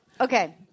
Okay